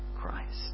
Christ